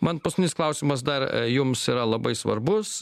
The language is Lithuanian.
man partinis klausimas dar jums yra labai svarbus